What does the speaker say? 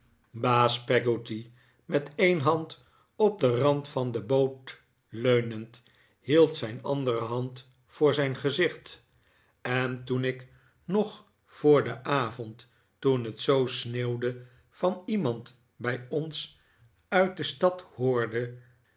baas peggotty met een hand op den rand van de boot leunend hield zijn andere handvoor zijn gezicht en toen ik nog voor den avond toen het zoo sneeuwde van iemand bij ons uit de stad hoorde